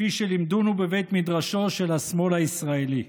כפי שלימדונו בבית מדרשו של השמאל הישראלי,